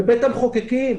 בבית המחוקקים,